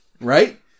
right